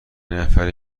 نفری